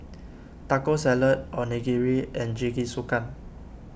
Taco Salad Onigiri and Jingisukan